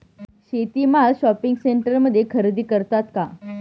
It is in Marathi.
शेती माल शॉपिंग सेंटरमध्ये खरेदी करतात का?